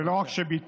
ולא רק שביטלתם,